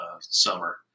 summer